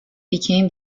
became